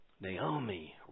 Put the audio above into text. Naomi